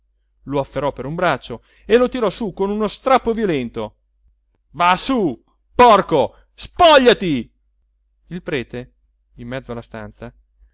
lo afferrò per un braccio e lo tirò su con uno strappo violento va su porco spogliati il prete in mezzo alla stanza